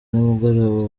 nimugoroba